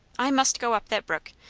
i must go up that brook.